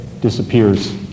disappears